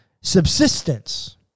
subsistence